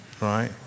Right